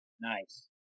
Nice